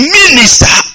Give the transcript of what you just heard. minister